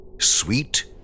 Sweet